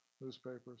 newspapers